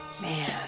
man